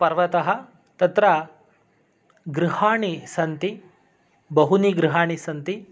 पर्वतः तत्र गृहाणि सन्ति बहूनि गृहाणि सन्ति